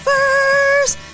First